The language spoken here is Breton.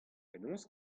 penaos